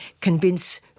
convince